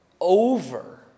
over